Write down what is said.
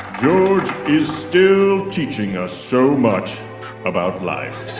george is still teaching us so much about life.